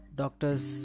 doctors